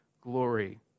glory